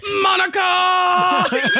Monica